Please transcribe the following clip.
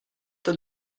tas